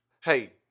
hey